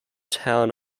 town